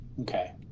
Okay